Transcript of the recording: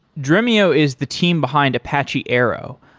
dremio is the team behind apache arrow,